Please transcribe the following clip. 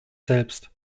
selbst